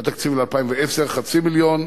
והתקציב ל-2010 הוא חצי מיליון.